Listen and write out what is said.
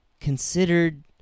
Considered